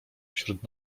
wśród